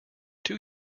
two